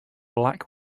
black